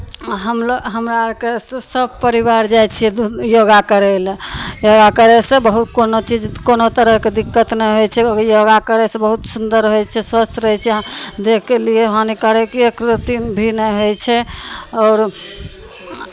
हमलोग हमरा आरके स् सभ परिवार जाइ छियै योगा करय लए योगा करयसँ बहुत कोनो चीज कोनो तरहके दिक्कत नहि होइ छै योगा करयसँ बहुत सुन्दर होइ छै स्वस्थ रहै छियै अहाँ देहके लिए हानिकारक एक रत्ती भी नहि होइ छै आओर